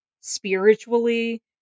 spiritually